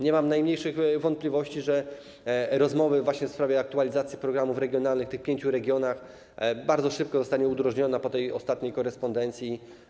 Nie mam najmniejszych wątpliwości, że rozmowy dotyczące aktualizacji programów regionalnych w tych pięciu regionach bardzo szybko zostaną udrożnione po tej ostatniej korespondencji.